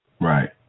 Right